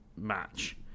match